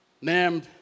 named